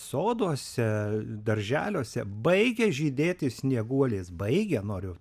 soduose darželiuose baigia žydėti snieguolės baigia noriu